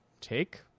Take